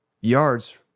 yards